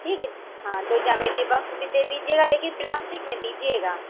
ٹھیک ہے ہاں دو جامیٹری باکس بھی دے دیجیے گا لیکن پلاسٹک میں دیجیے گا